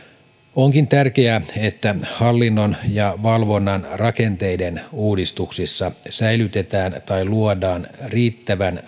onkin tärkeää että hallinnon ja valvonnan rakenteiden uudistuksissa säilytetään tai luodaan riittävän